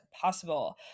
possible